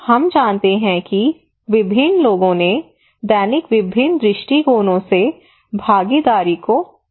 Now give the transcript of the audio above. हम जानते हैं कि विभिन्न लोगों ने दैनिक विभिन्न दृष्टिकोणों से भागीदारी को क्या समझा